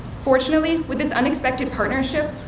fortunately, with this unexpected partnership,